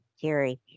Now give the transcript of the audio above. Jerry